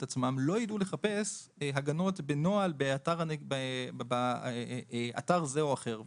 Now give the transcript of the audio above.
עצמם לא ידעו לחפש הגנות בנוהל באתר זה או אחר.